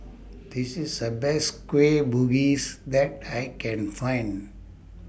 This IS The Best Kueh Bugis that I Can Find